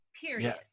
Period